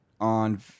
on